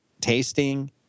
tasting